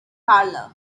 carlo